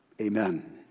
amen